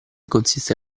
consiste